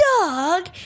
dog